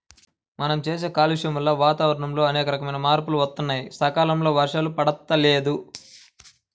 మనం చేసే కాలుష్యం వల్ల వాతావరణంలో అనేకమైన మార్పులు వత్తన్నాయి, సకాలంలో వర్షాలు పడతల్లేదు